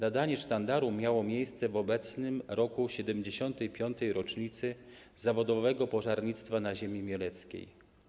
Nadanie sztandaru miało miejsce w obecnym roku, w 75. rocznicę zawodowego pożarnictwa na ziemi mieleckiej.